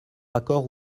accord